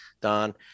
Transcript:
Don